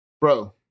Bro